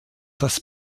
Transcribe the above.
das